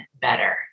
better